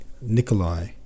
Nikolai